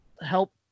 help